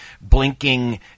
blinking